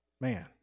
man